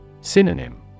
Synonym